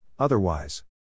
Otherwise